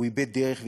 הוא איבד דרך וכיוון.